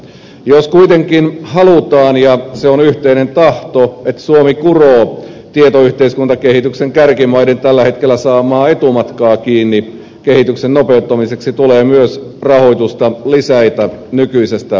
jos kuitenkin halutaan ja se on yhteinen tahto että suomi kuroo tietoyhteiskuntakehityksen kärkimaiden tällä hetkellä saamaa etumatkaa kiinni kehityksen nopeuttamiseksi tulee myös rahoitusta lisätä nykyisestä tasosta